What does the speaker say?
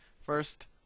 First